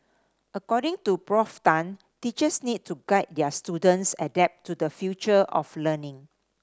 according to Prof Tan teachers need to guide their students adapt to the future of learning